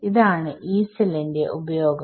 ഇതാണ് Yee സെല്ലിന്റെ ഉപയോഗം